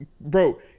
bro